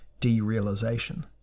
derealization